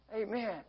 Amen